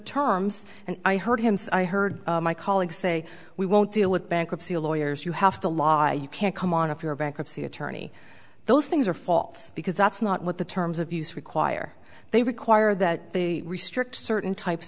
terms and i heard him i heard my colleagues say we won't deal with bankruptcy lawyers you have to law you can't come on if you're a bankruptcy attorney those things are faults because that's not what the terms of use require they require that they restrict certain types